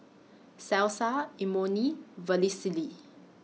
Salsa Imoni and Vermicelli